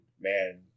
man